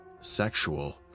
sexual